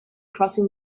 crossing